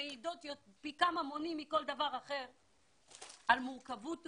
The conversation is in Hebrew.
שמעידות פי כמה מכל דבר אחר על מורכבות הסוגיה,